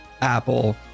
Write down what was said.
Apple